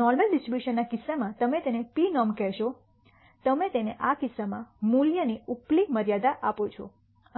normal distribution ના કિસ્સામાં તમે તેને પીનોર્મ કહેશો તમે તેને આ કિસ્સામાં મૂલ્યની ઉપલા મર્યાદા આપો છો